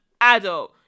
adult